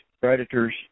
predators